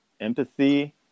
empathy